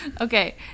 Okay